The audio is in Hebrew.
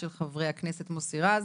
של חבר הכנסת מוסי רז